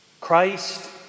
Christ